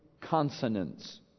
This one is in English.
consonants